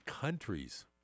countries